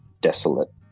desolate